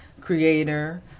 creator